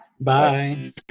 Bye